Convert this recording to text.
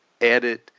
added